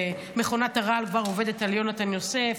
ומכונת הרעל כבר עובדת על יהונתן יוסף,